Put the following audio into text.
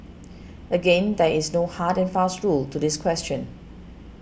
again there is no hard and fast rule to this question